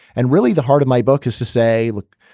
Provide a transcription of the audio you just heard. and really, the heart of my book is to say, look,